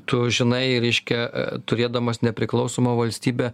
tu žinai reiškia turėdamas nepriklausomą valstybę